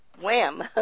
wham